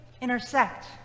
intersect